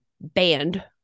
banned